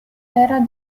era